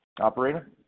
Operator